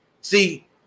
See